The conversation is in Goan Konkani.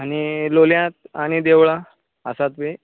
आनी लोलयां आनी देवळां आसात बी